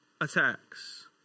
attacks